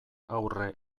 aurre